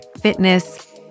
fitness